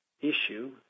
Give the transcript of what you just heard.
issue